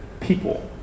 people